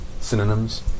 Synonyms